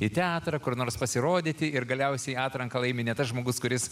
į teatrą kur nors pasirodyti ir galiausiai atranką laimi ne tas žmogus kuris